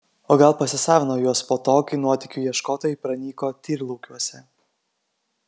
o gal pasisavino juos po to kai nuotykių ieškotojai pranyko tyrlaukiuose